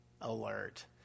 alert